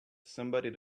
somebody